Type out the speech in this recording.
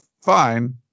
fine